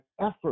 effort